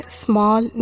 small